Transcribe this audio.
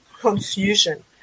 confusion